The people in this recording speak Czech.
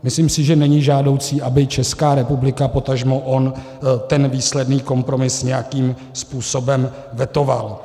Myslím si, že není žádoucí, aby Česká republika, potažmo on ten výsledný kompromis nějakým způsobem vetoval.